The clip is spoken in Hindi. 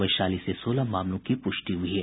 वैशाली से सोलह मामलों की पुष्टि हुई है